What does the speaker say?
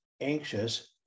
anxious